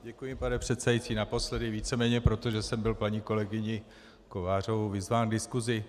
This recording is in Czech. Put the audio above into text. Děkuji, pane předsedající, naposledy, víceméně pro to, že jsem byl paní kolegyní Kovářovou vyzván k diskusi.